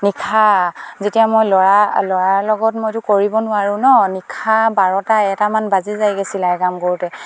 নিশা যেতিয়া মই ল'ৰাৰ লগত মইতো কৰিব নোৱাৰোঁ ন নিশা বাৰটা এটামান বাজি যায়গে চিলাই কাম কৰোঁতে